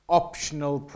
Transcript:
optional